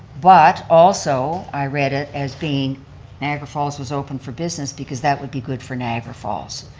but also, i read it as being niagara falls was open for business because that would be good for niagara falls.